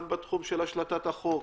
גם בתחום השלטת החוק,